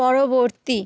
পরবর্তী